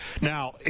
now